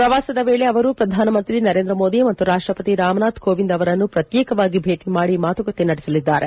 ಪ್ರವಾಸದ ವೇಳೆ ಅವರು ಪ್ರಧಾನಮಂತ್ರಿ ನರೇಂದ್ರ ಮೋದಿ ಮತ್ತು ರಾಷ್ಟಪತಿ ರಾಮನಾಥ್ ಕೋವಿಂದ್ ಅವರುಗಳನ್ನು ಪ್ರತ್ನೇಕವಾಗಿ ಭೇಟಿ ಮಾಡಿ ಮಾತುಕತೆ ನಡೆಸಲಿದ್ದಾರೆ